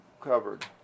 covered